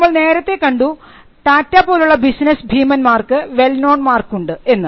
നമ്മൾ നേരത്തെ കണ്ടു ടാറ്റാ പോലുള്ള ബിസിനസ് ഭീമന്മാർക്ക് വെൽ നോൺ മാർക്കുണ്ട് എന്ന്